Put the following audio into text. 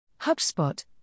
HubSpot